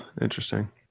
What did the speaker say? interesting